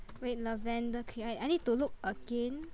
wait lavendar cream I I need to look again